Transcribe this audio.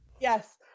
Yes